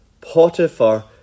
Potiphar